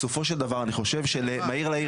בסופו של דבר אני חושב שמהיר לעיר,